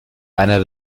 einer